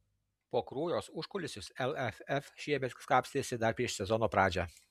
po kruojos užkulisius lff šiemet kapstėsi dar prieš sezono pradžią